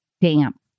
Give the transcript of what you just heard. damp